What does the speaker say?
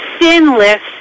sinless